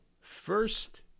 first